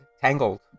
Tangled